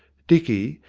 dicky,